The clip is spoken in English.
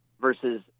versus